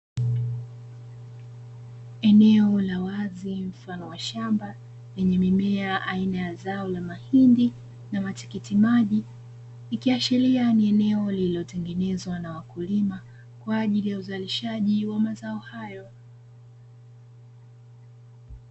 Eneo la wazi mfano wa shamba lenye mimea aina ya zao la mahindi na matikiti maji. Ikiashiria ni eneo lililotengenezwa na wakulima kwa ajili ya uzalishaji wa mazao hayo.